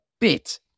bit